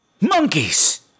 Monkeys